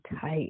tight